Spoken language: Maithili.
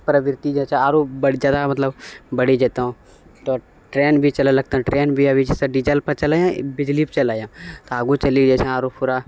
प्रवृति जे छँ आरो जादा मतलब बढ़ी जेतै तऽ ट्रेन भी चलए लगतै ट्रेन भी अभी जैसे डीजल पर चलैया बिजली पर चलैया तऽ आगू चलि कऽ जे छै आरो पूरा